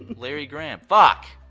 larry graham. fuck!